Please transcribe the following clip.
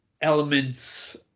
elements